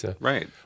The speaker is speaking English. Right